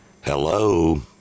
Hello